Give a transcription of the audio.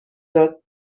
داد